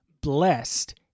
blessed